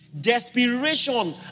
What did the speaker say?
Desperation